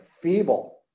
feeble